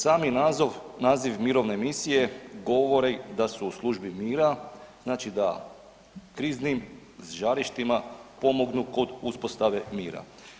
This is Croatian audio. Sami naziv mirovne misije govori da su u službi mira, znači da kriznim žarištima pomognu kod uspostave mira.